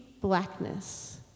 blackness